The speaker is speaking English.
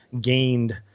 gained